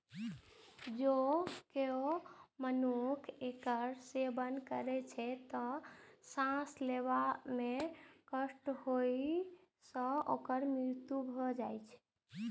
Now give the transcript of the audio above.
जौं केओ मनुक्ख एकर सेवन करै छै, तं सांस लेबा मे कष्ट होइ सं ओकर मृत्यु भए जाइ छै